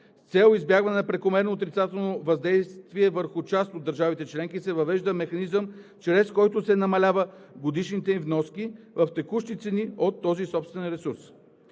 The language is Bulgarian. цел избягване на прекомерно отрицателно въздействие върху част от държавите членки се въвежда механизъм, чрез който се намаляват годишните им вноски, в текущи цени, от този собствен ресурс.